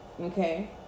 okay